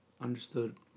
Understood